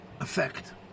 effect